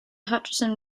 hutchinson